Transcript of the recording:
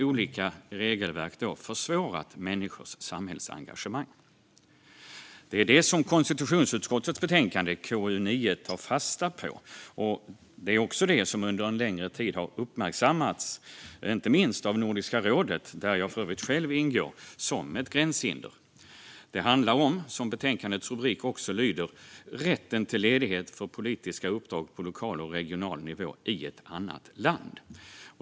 Olika regelverk har försvårat människors samhällsengagemang. Det är detta konstitutionsutskottets betänkande KU9 tar fasta på, och det har under en längre tid även uppmärksammats av inte minst Nordiska rådet - där jag för övrigt själv ingår - som ett gränshinder. Som betänkandets titel också lyder handlar det om rätten till ledighet för politiska uppdrag på lokal och regional nivå i ett annat land.